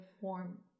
form